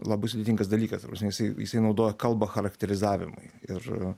labai sudėtingas dalykas ta prasme jisai jisai naudoja kalbą charakterizavimui ir